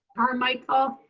carmichael.